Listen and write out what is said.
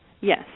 Yes